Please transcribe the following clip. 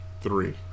three